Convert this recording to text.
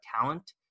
talent